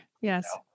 Yes